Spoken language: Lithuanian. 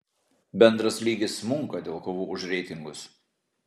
bendras lygis smunka dėl kovų už reitingus